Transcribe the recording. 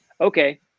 Okay